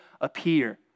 appear